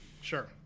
Sure